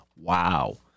Wow